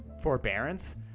forbearance